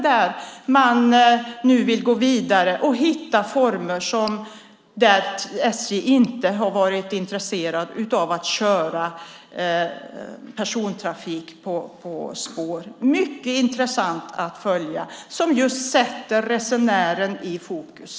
Där vill man nu gå vidare och hitta former där SJ inte har varit intresserat av att köra persontrafik på spår. Det ska bli mycket intressant att följa det. Det sätter just resenären i fokus.